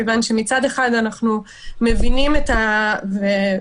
מכיוון שמצד אחד אנחנו מבינים את הרצון